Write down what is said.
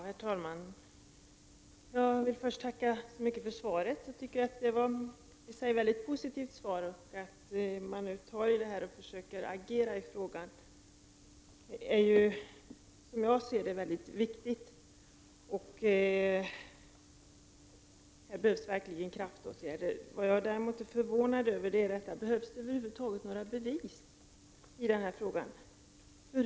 Herr talman! Jag vill först tacka så mycket för svaret. Jag tycker att det var ett mycket positivt svar att regeringen nu tar tag i denna fråga och försöker agera. Som jag ser det är denna fråga mycket viktig, och det behövs verkligen kraftåtgärder. Vad jag däremot är förvånad över är att det skall behövas bevis. Behövs det verkligen?